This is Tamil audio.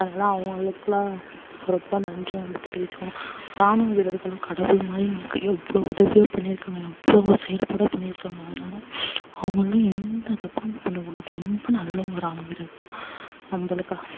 அதனால அவங்களுக்கெலாம் ரொம்ப நன்றியை வந்து தெரிவிச்சுக்கணும் ராணுவ வீரர்கள் கடவுள் மாதிரி நமக்கு எவ்வளோ உதவியோ பண்ணியிருக்காங்க எவ்வளோவோ செயல்பாடோ பண்ணியிருக்காங்க அதனால அவங்கெல்லாம் எந்த தப்பும் பண்ணக் கூடாது ரொம்ப நல்லவங்க ராணுவ வீரர்கள்லாம் நம்மளுக்காக